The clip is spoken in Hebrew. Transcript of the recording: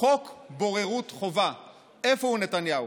חוק בוררות חובה" איפה הוא, נתניהו?